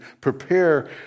prepare